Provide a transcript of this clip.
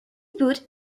put